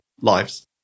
lives